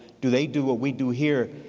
do they do what we do here,